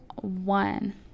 one